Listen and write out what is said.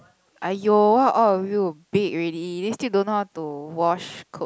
!aiyo! why all of you big already then still don't know how to wash clothes